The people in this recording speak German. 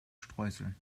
streuseln